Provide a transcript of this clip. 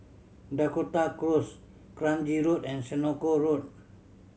Dakota Close Kranji Road and Senoko Road